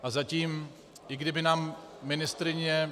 A zatím, i kdyby nám ministryně...